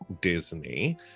Disney